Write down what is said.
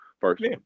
first